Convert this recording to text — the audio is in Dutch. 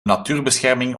natuurbescherming